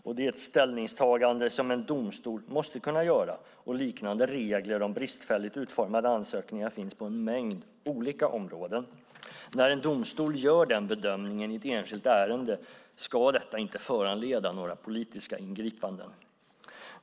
Det är ett ställningstagande som en domstol måste kunna göra, och liknande regler om bristfälligt utformade ansökningar finns på en mängd olika områden. När en domstol gör den bedömningen i ett enskilt ärende ska detta inte föranleda några politiska ingripanden.